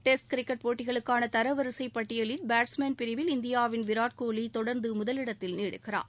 desk cricket போட்டிகளுக்கான தரவரிசை பட்டியலின் பேட்ஸ்மேன் பிரிவில் இந்தியாவின் விராட் கோஹ்லி தொடர்ந்து முதலிடத்தில் நீடிக்கிறார்